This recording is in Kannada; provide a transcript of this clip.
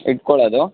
ಇಟ್ಕೊಳ್ಳೋದು